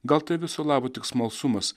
gal tai viso labo tik smalsumas